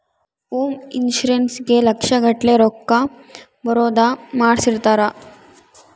home insurance ಗೇ ಲಕ್ಷ ಗಟ್ಲೇ ರೊಕ್ಕ ಬರೋದ ಮಾಡ್ಸಿರ್ತಾರ